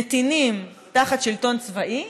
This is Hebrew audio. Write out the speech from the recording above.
נתינים תחת שלטון צבאי,